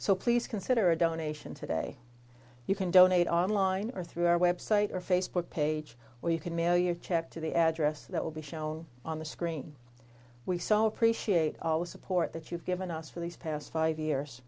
so please consider a donation today you can donate online or through our website or facebook page where you can mail your check to the address that will be shown on the screen we so appreciate all the support that you've given us for these past five years